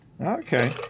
Okay